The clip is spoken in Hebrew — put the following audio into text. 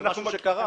של משהו שקרה.